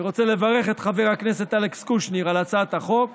אני רוצה לברך את חבר הכנסת אלכס קושניר על הצעת החוק